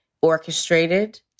orchestrated